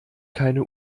keine